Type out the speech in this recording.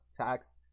tax